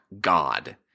god